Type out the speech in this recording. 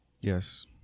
yes